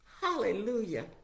Hallelujah